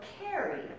carry